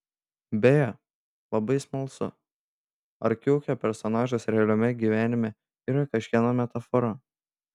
beje labai smalsu ar kiukio personažas realiame gyvenime yra kažkieno metafora